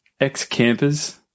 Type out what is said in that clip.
ex-campers